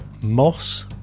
moss